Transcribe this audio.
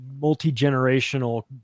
multi-generational